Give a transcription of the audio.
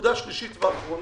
נקודה שלישית ואחרונה,